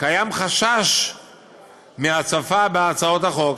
קיים חשש מהצפה בהצעות חוק